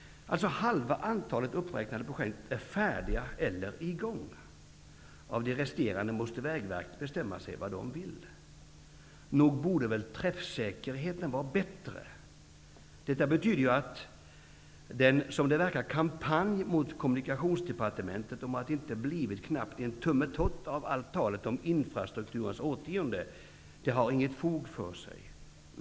Hälften av de uppräknade projekten är färdiga eller i gång. Av de resterande måste Vägverket bestämma sig för vad man vill. Nog borde väl träffsäkerheten vara bättre. Detta betyder ju att, som det verkar, kampanjen mot Kommunikationsdepartementet för att det inte blivit ''knappt en tummetott'' av allt talet om infrastrukturens årtionde, inte har något fog för sig.